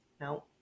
No